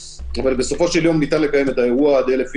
אבל בסופו של דבר ניתן לקיים את האירוע עד 1,000 איש,